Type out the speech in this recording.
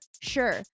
Sure